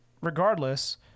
regardless